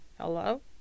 hello